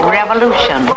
revolution